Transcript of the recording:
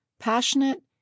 passionate